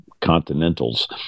continentals